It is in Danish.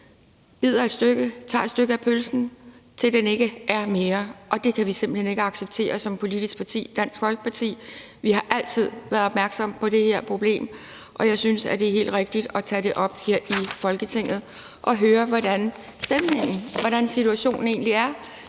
der bliver taget et stykke af pølsen, til der ikke er mere, og det kan vi i Dansk Folkeparti simpelt hen ikke acceptere som politisk parti. Vi har altid været opmærksomme på det her problem, og jeg synes, det er helt rigtigt at tage det op her i Folketinget og høre, hvordan stemningen er, hvordan situationen egentlig er